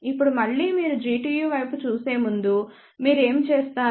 ఇప్పుడు మళ్ళీ మీరు Gtu వైపు చూసేముందు మీరు ఏమి చేస్తారు